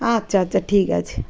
আচ্ছা আচ্ছা ঠিক আছে